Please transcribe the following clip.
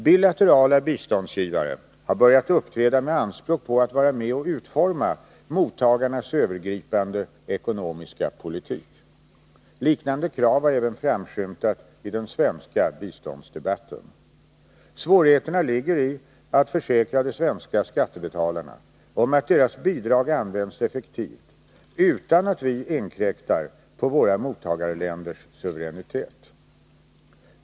Bilaterala biståndsgivare har börjat uppträda med anspråk på att vara med och utforma mottagarnas övergripande ekonomiska politik. Liknande krav har även framskymtat i den svenska biståndsdebatten. Svårigheterna ligger i att försäkra de svenska skattebetalarna om att deras bidrag används effektivt utan att vi inkräktar på våra mottagarländers suveränitet.